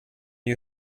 you